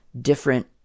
different